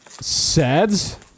sads